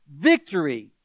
victory